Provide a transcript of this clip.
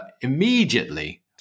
immediately